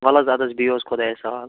وَلہٕ حظ اَدٕ حظ بیہِو حظ خۄدایس حَوالہٕ